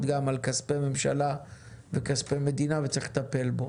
גם על כספי ממשלה וכספי מדינה וצריך לטפל בו.